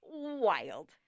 wild